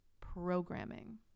programming